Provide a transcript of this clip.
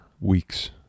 weeks